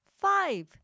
five